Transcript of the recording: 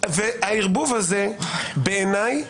הערבוב הזה בעיניי,